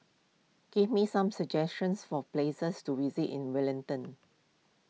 give me some suggestions for places to visit in Wellington